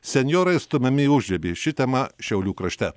senjorai stumiami į užribį ši tema šiaulių krašte